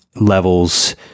levels